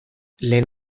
lehen